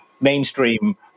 mainstream